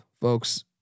folks